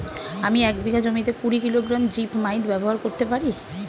আমি এক বিঘা জমিতে কুড়ি কিলোগ্রাম জিপমাইট ব্যবহার করতে পারি?